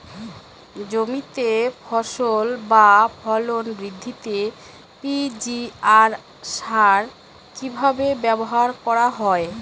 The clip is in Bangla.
জমিতে ফসল বা ফলন বৃদ্ধিতে পি.জি.আর সার কীভাবে ব্যবহার করা হয়?